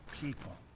people